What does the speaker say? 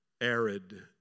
arid